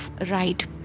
right